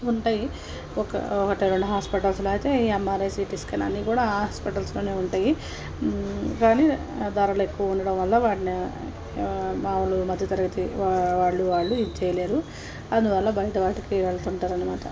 ఉంటాయి ఒక ఒకటో రెండవ హాస్పిటల్స్లో అయితే ఎంఆర్ఐ సీటీ స్కాన్ అని కూడా ఆ హాస్పెటల్స్లోనే ఉంటాయి కానీ ధరలెక్కువుండడం వల్ల వాటిని మాములు మధ్యతరగతి వా వాళ్ళు వాళ్ళు ఇది చేయలేరు అందువల్ల బయట వాటికి వెళ్తుంటారనమాట